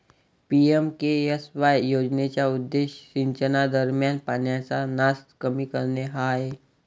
PMKSY योजनेचा उद्देश सिंचनादरम्यान पाण्याचा नास कमी करणे हा आहे